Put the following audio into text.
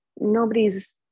nobody's